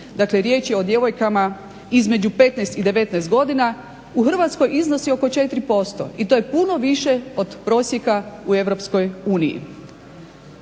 riječ je o djevojkama između 15 i 19 godina u Hrvatskoj iznosi oko 4% i to je puno više od prosjeka u EU.